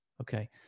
okay